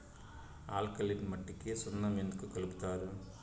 alkaline మట్టికి సున్నం ఎందుకు కలుపుతారు